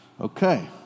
Okay